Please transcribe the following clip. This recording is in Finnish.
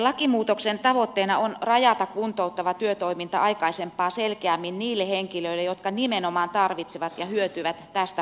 lakimuutoksen tavoitteena on rajata kuntouttava työtoiminta aikaisempaa selkeämmin niille henkilöille jotka nimenomaan tarvitsevat ja hyötyvät tästä palvelusta